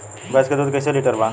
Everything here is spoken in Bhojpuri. भैंस के दूध कईसे लीटर बा?